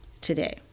today